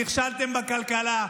נכשלתם בכלכלה.